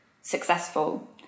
successful